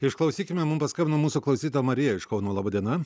išklausykime mum paskambino mūsų klausytoja marija iš kauno laba diena